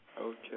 Okay